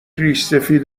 ریشسفید